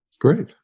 Great